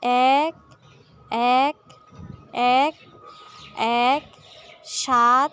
এক এক এক এক সাত